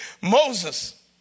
Moses